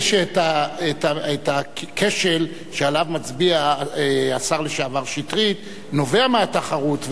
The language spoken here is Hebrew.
אבל נדמה לי שהכשל שעליו השר לשעבר שטרית מצביע נובע מהתחרות,